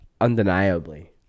undeniably